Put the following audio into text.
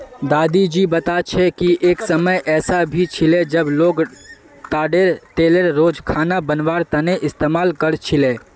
दादी जी बता छे कि एक समय ऐसा भी छिले जब लोग ताडेर तेलेर रोज खाना बनवार तने इस्तमाल कर छीले